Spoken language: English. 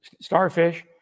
starfish